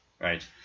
Right